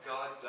God